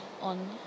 on